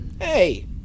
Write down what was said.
Hey